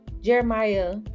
Jeremiah